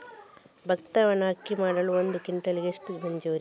ಭತ್ತವನ್ನು ಅಕ್ಕಿ ಮಾಡಲು ಒಂದು ಕ್ವಿಂಟಾಲಿಗೆ ಎಷ್ಟು ಮಜೂರಿ?